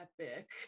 epic